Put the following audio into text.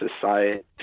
society